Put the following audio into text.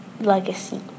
legacy